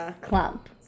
clump